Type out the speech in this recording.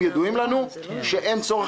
יש תוכנית ממשלתית כזו.